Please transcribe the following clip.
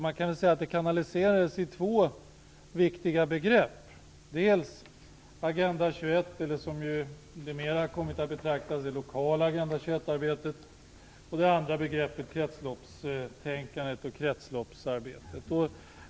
Man kan väl säga att detta kanaliserades i två viktiga begrepp: dels Agenda 21 eller, som det mera kommit att betraktas, det lokala Agenda 21 arbetet, dels kretsloppstänkandet och kretsloppsarbetet.